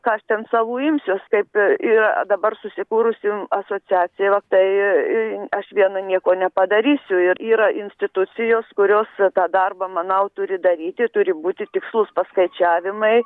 ką aš ten savų imsiuos kaip yra dabar susikūrusi asociacija tai aš viena nieko nepadarysiu ir yra institucijos kurios tą darbą manau turi daryti turi būti tikslūs paskaičiavimai